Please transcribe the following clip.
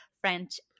French